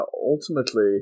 ultimately